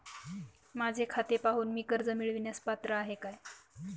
माझे खाते पाहून मी कर्ज मिळवण्यास पात्र आहे काय?